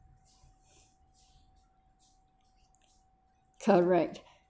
correct